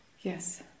Yes